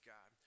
God